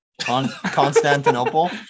Constantinople